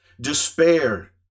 despair